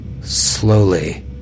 Slowly